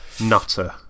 Nutter